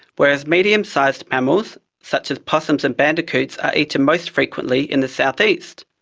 whereas medium-sized mammals such as possums and bandicoots are eaten most frequently in the south-east.